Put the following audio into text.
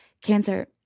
Cancer